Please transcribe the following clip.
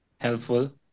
helpful